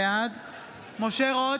בעד משה רוט,